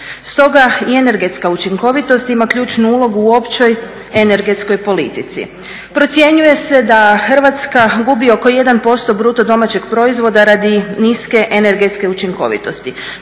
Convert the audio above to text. Stoga i energetska učinkovitost ima ključnu ulogu u općoj energetskoj politici. Procjenjuje se da Hrvatska gubi oko 1% BDP-a radi niske energetska učinkovitosti.